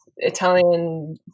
Italian